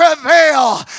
prevail